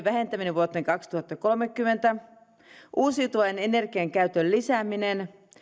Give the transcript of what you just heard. vähentäminen vuoteen kaksituhattakolmekymmentä mennessä uusiutuvan energian käytön lisääminen